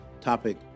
topic